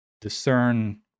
discern